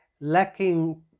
lacking